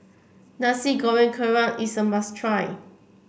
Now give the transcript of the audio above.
Nasi Goreng Kerang is a must try